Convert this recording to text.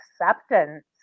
acceptance